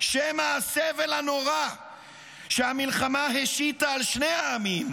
שמא הסבל הנורא שהמלחמה השיתה על שני העמים,